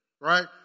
Right